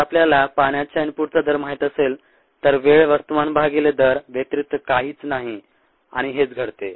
जर आपल्याला पाण्याच्या इनपुटचा दर माहित असेल तर वेळ वस्तुमान भागीले दर व्यतिरिक्त काहीच नाही आणि हेच घडते